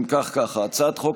הצעת חוק